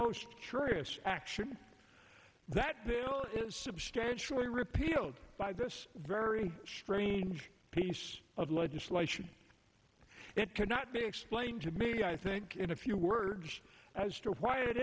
most curious action that is substantially repealed by this very strange piece of legislation it cannot be explained to baby i think in a few words as to why it